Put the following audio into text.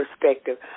perspective